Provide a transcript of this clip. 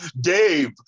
Dave